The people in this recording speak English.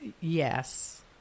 Yes